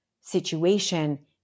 situation